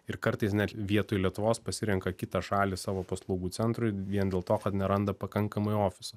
ir kartais net vietoj lietuvos pasirenka kitą šalį savo paslaugų centrui vien dėl to kad neranda pakankamai ofiso